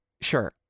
Sure